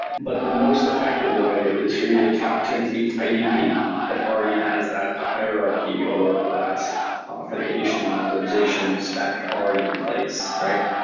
but the most effective way is for you to talk to an idp that already has that hierarchy or that authentication and authorization spec already in place, right?